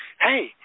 Hey